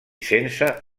sense